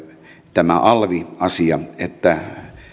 tämä alvi asia että